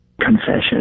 confession